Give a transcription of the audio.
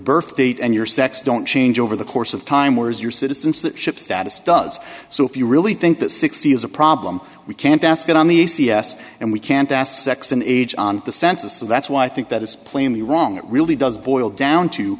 birth date and your sex don't change over the course of time where's your citizens that ship status does so if you really think that sixty is a problem we can't ask it on the c s and we can't pass sex an age on the census so that's why i think that is plainly wrong it really does boil down to